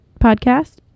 podcast